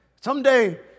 Someday